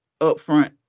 upfront